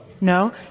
No